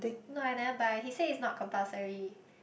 no I never buy he say it's not compulsory